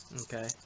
Okay